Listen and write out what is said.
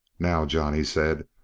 now, john, he said,